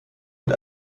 mit